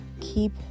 keep